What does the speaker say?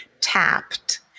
tapped